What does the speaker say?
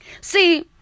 See